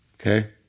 okay